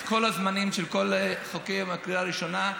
את כל הזמנים של כל החוקים בקריאה הראשונה.